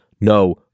no